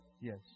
Yes